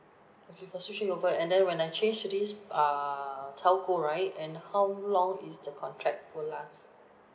okay for switching over and then when I change to this err telco right and how long is the contract will last